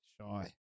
shy